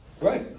Right